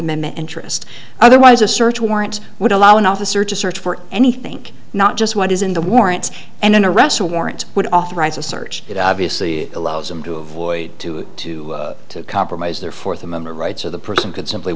amendment interest otherwise a search warrant would allow an officer to search for anything not just what is in the warrant and an arrest warrant would authorize a search it obviously allows them to avoid to it to compromise their fourth amendment rights or the person could simply